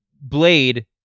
Blade